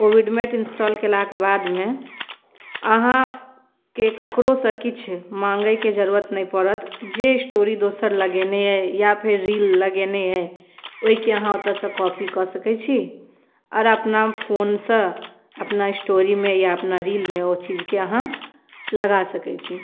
ओ Vidmate install केलाके बादमे अहाँकेँ ककरोसँ किछु माँगैके जरूरत नहि पड़त जे स्टोरी दोसर लगेने अइ या फिर रील लगेने अइ ओहिके अहाँ ओतयसँ कॉपी कऽ सकै छी आओर अपना फोनसँ अपना स्टोरीमे या अपना रीलमे ओ चीजके अहाँ लगा सकैत छी